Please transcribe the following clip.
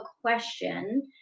question